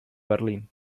berlín